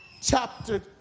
chapter